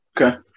Okay